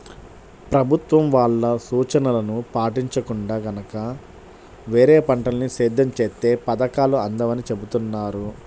ప్రభుత్వం వాళ్ళ సూచనలను పాటించకుండా గనక వేరే పంటల్ని సేద్యం చేత్తే పథకాలు అందవని చెబుతున్నారు